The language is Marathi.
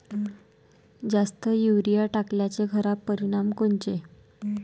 जास्त युरीया टाकल्याचे खराब परिनाम कोनचे?